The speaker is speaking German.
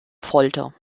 folter